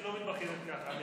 והיא לא מתבכיינת כך.